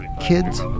kids